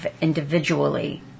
individually